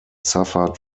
suffered